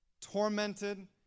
tormented